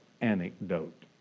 anecdote